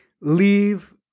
leave